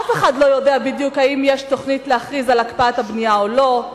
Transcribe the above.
אף אחד לא יודע בדיוק אם יש תוכנית להכריז על הקפאת הבנייה או לא.